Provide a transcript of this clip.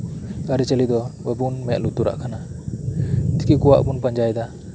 ᱟᱹᱨᱤᱪᱟᱹᱞᱤ ᱫᱚ ᱵᱟᱵᱩᱱ ᱢᱮᱫ ᱞᱩᱛᱩᱨᱟᱜ ᱠᱟᱱᱟ ᱫᱤᱠᱩ ᱠᱩᱣᱟᱜ ᱵᱩᱱ ᱯᱟᱸᱡᱟᱭᱮᱫᱟ